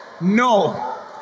no